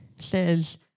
says